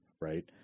right